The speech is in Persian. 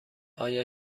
آیا